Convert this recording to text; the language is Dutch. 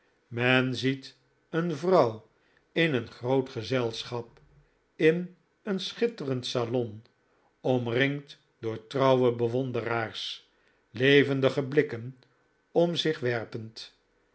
men ziet een vrouw in een groot gezelschap in een schitterend salon omringd door trouwe bewonderaars levendige blikken om zich werpend